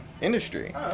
industry